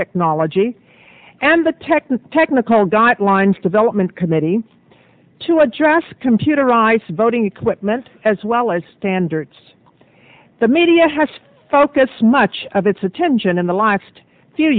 technology and the tech and technical guidelines development committee to address computerized voting equipment as well as standards the media has focused much of its attention in the l